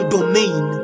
domain